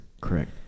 Correct